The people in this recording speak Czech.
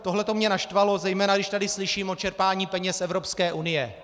Tohleto mě naštvalo, zejména když tady slyším o čerpání peněz z Evropské unie.